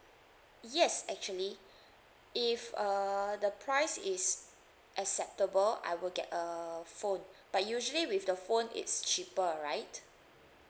yes actually if uh the price is acceptable I will get a phone but usually with the phone it's cheaper right